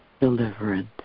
deliverance